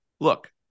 look